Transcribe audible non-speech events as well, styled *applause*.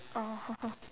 oh *laughs*